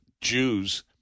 Jews